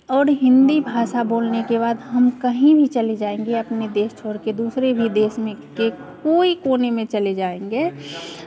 और हिंदी भाषा बोलने के बाद हम कहीं भी चले जाएंगे अपने देश छोड़ के दूसरे भी देश कोई कोने में चले जाएंगे